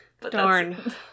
Darn